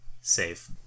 save